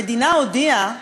המדינה הודיעה